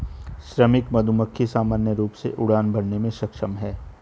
श्रमिक मधुमक्खी सामान्य रूप से उड़ान भरने में सक्षम हैं